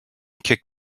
kick